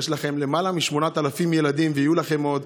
יש לכם למעלה מ-8,000 ילדים ויהיו לכם עוד.